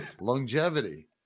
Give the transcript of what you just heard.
longevity